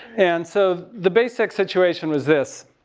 and so, the basic situation was this.